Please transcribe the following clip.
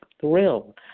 thrill